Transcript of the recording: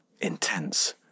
intense